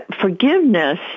forgiveness